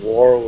War